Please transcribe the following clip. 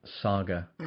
Saga